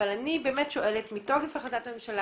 אבל אני באמת שואלת כי מתוקף החלטת הממשלה